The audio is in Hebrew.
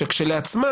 כשלעצמה,